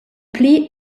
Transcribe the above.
pli